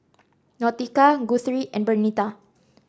Nautica Guthrie and Bernita